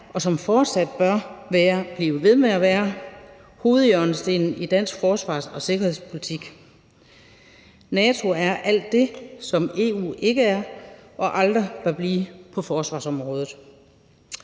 og som fortsat bør blive ved med at være hovedhjørnestenen i dansk forsvars- og sikkerhedspolitik. NATO er alt det, som EU ikke er og aldrig kan blive på forsvarsområdet.